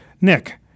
Nick